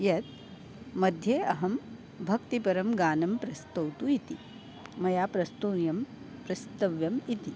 यत् मध्ये अहं भक्तिपरं गानं प्रस्तौतु इति मया प्रस्तुतनीयं प्रस्तव्यम् इति